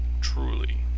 truly